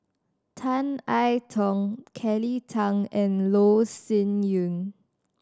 Tan I Tong Kelly Tang and Loh Sin Yun